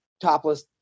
topless